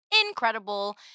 Incredible